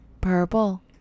Purple